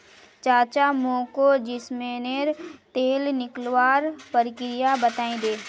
चाचा मोको जैस्मिनेर तेल निकलवार प्रक्रिया बतइ दे